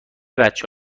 بچه